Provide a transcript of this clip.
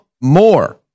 more